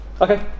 okay